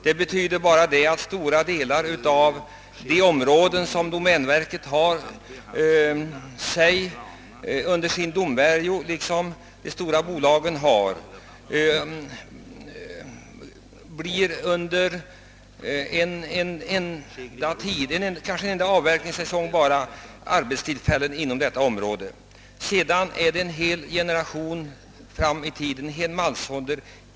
Det betyder att det i stora delar av de områden, som lyder under domänverket eller tillhör de stora skogsbolagen, kan bli arbetstillfällen endast under en enda avverkningssäsong på en hel mansålder.